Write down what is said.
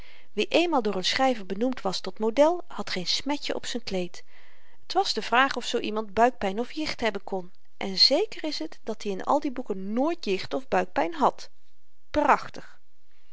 wie eenmaal door n schryver benoemd was tot model had geen smetjen op z'n kleed t was de vraag of zoo iemand buikpyn of jicht hebben kon en zéker is t dat-i in al die boeken nooit jicht of buikpyn hàd prachtig